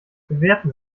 bewerten